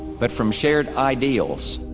but from sheared ideals.